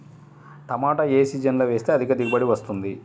టమాటా ఏ సీజన్లో వేస్తే అధిక దిగుబడి వస్తుంది?